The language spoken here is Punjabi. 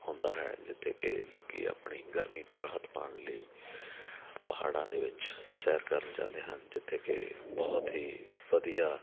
ਹੁੰਦਾ ਹੈ ਜਿੱਥੇ ਕਿ ਲੋਕੀ ਆਪਣੀ ਗਰਮੀ ਤੋਂ ਰਾਹਤ ਪਾਉਣ ਲਈ ਪਹਾੜਾਂ ਦੇ ਵਿੱਚ ਸੈਰ ਕਰਨ ਜਾਂਦੇ ਹਨ ਜਿੱਥੇ ਕਿ ਬਹੁਤ ਹੀ ਵਧੀਆ